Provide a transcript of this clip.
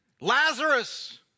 lazarus